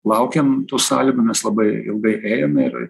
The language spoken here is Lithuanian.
laukėm tų sąlygų mes labai ilgai ėjome ir